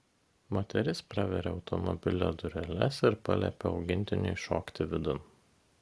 moteris praveria automobilio dureles ir paliepia augintiniui šokti vidun